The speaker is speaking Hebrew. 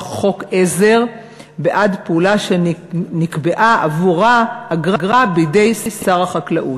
חוק עזר בעד פעולה שנקבעה עבורה אגרה בידי שר החקלאות.